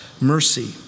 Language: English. mercy